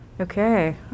Okay